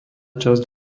časť